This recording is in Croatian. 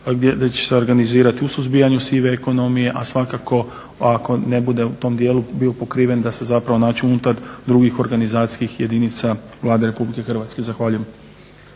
gdje će se organizirati u suzbijanju sive ekonomije a svakako ako ne bude u tom dijelu bio pokriven da se zapravo nađe unutar drugih organizacijskih jedinica Vlade Republike Hrvatske. Zahvaljujem.